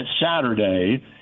Saturday